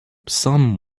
some